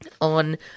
on